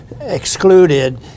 excluded